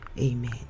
amen